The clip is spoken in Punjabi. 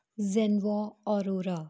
Zenvo Aurora